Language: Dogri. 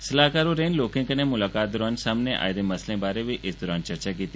सलाहकार होरें लोकें कन्नै मुलाकात दौरान सामनै आए दे मसलें बारै बी इस दौरान चर्चा कीती